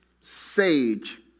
sage